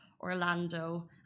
Orlando